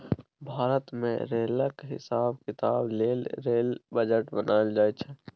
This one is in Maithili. भारत मे रेलक हिसाब किताब लेल रेल बजट बनाएल जाइ छै